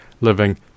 living